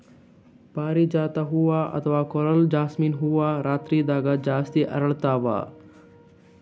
ಪಾರಿಜಾತ ಹೂವಾ ಅಥವಾ ಕೊರಲ್ ಜಾಸ್ಮಿನ್ ಹೂವಾ ರಾತ್ರಿದಾಗ್ ಜಾಸ್ತಿ ಅರಳ್ತಾವ